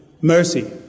mercy